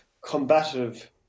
combative